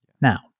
Now